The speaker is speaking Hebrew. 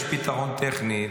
יש פתרון טכני.